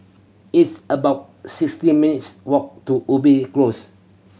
it's about sixty minutes' walk to Ubi Close